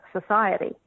society